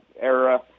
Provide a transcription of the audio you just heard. era